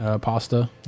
pasta